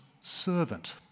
Servant